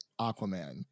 Aquaman